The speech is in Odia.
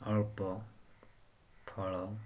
ଅଳ୍ପ ଫଳ